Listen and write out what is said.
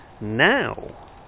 Now